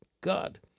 God